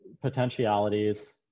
potentialities